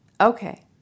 Okay